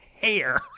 hair